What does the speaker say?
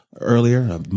earlier